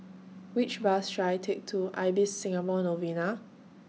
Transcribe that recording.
Which Bus should I Take to Ibis Singapore Novena